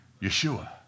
Yeshua